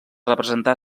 representar